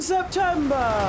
September